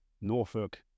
Norfolk